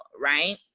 right